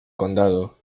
condado